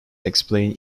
explain